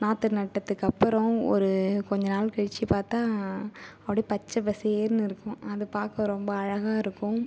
நாற்று நட்டத்துக்கப்புறோம் ஒரு கொஞ்சம் நாள் கழிச்சு பார்த்தா அப்டேயே பச்சை பசேல்ன்னு இருக்கும் அதை பார்க்க ரொம்ப அழகாக இருக்கும்